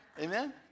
Amen